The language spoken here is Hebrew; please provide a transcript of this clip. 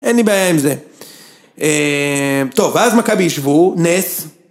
אין לי בעיה עם זה. טוב, ואז מכבי ישבו, נס.